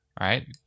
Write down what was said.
Right